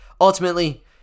ultimately